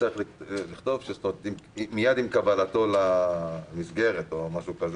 צריך לכתוב "מייד עם קבלתו למסגרת" או משהו כזה.